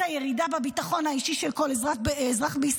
על הירידה בתחושת הביטחון האישי של כל אזרח בישראל.